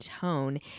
tone